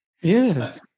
Yes